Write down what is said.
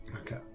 Okay